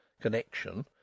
connection